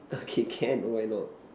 okay can why not